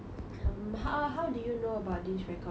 um how how do you know about this recording